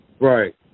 Right